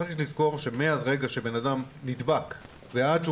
צריך לזכור שמהרגע שבן אדם נדבק ועד שהוא